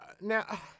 Now